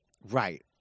Right